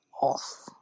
off